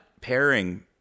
pairing